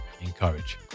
Encourage